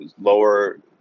lower